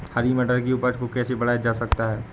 हरी मटर की उपज को कैसे बढ़ाया जा सकता है?